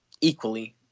equally